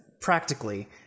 practically